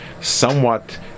somewhat